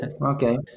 Okay